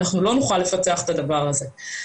אנחנו לא נוכל לפתח את הדבר הזה.